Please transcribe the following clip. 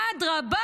אדרבה,